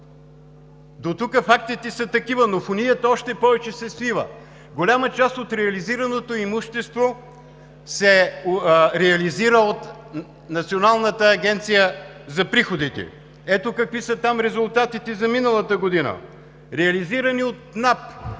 Дотук фактите са такива, но фунията още повече се свива. Голяма част от реализираното имущество се реализира от Националната агенция за приходите. Ето какви са там резултатите за миналата година: реализирани от НАП